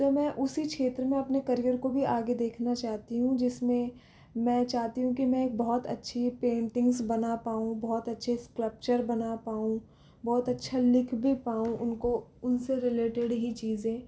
तो मैं उसी क्षेत्र मे अपने करीअर को भी आगे देखना चाहती हूँ जिसमें मैं चाहती हूँ कि मैं बहुत अच्छी पेंटींग्स बनापाऊ बहुत अच्छे स्ट्रक्चर बना पाऊ बहुत अच्छा लिख भी पाऊ उनको उनसे रीलेटेड ही चीज़ें